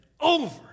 over